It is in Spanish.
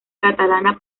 catalana